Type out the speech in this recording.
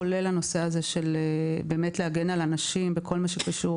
כולל הנושא הזה של הגנה על אנשים בכל מה שקשור